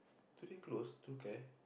today closed True Care